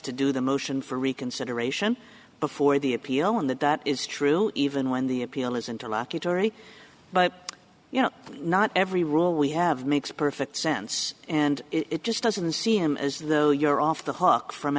to do the motion for reconsideration before the appeal and that that is true even when the appeal is interlocutory but you know not every rule we have makes perfect sense and it just doesn't seem as though you're off the hook from